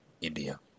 india